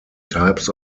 types